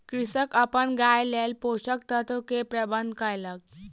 कृषक अपन गायक लेल पोषक तत्व के प्रबंध कयलक